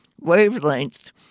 wavelength